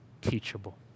teachable